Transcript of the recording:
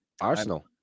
Arsenal